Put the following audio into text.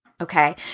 Okay